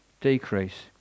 decrease